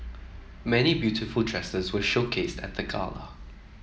many beautiful dresses were showcased at the gala